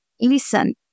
listen